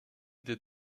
des